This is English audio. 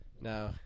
now